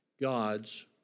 God's